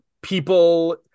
people